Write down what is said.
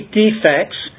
defects